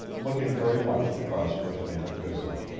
looking very much the prosperous man of business.